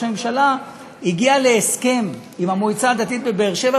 הממשלה הגיע להסכם עם המועצה הדתית בבאר-שבע,